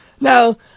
Now